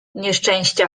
nieszczęścia